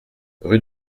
rue